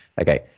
okay